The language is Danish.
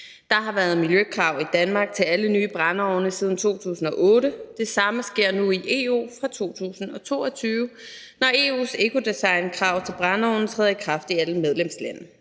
Der har været miljøkrav i Danmark til alle nye brændeovne siden 2008. Det samme sker nu i EU fra 2022, når EU's ecodesignkrav til brændeovne træder i kraft i alle medlemslande.